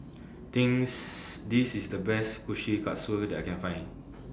Things This IS The Best Kushikatsu that I Can Find